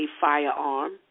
firearm